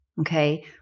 Okay